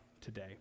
today